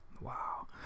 Wow